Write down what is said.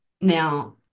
Now